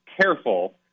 careful